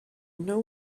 know